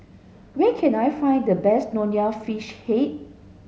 where can I find the best Nonya Fish Head